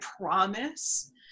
promise